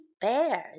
bears